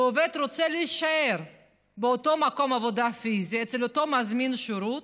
והעובד רוצה להישאר באותו מקום עבודה פיזי אצל אותו מזמין שירות,